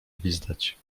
gwizdać